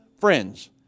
friends